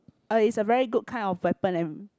oh is a very good kind of weapon and